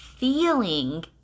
feeling